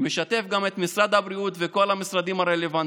שמשתף גם את משרד הבריאות ואת כל המשרדים הרלוונטיים.